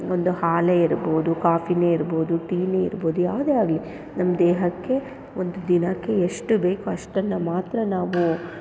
ಒಂದು ಹಾಲೇ ಇರ್ಬೋದು ಕಾಫಿನೇ ಇರ್ಬೋದು ಟೀ ಇರ್ಬೋದು ಯಾವುದೇ ಆಗಲಿ ನಮ್ಮ ದೇಹಕ್ಕೆ ಒಂದು ದಿನಕ್ಕೆ ಎಷ್ಟು ಬೇಕು ಅಷ್ಟನ್ನು ಮಾತ್ರ ನಾವು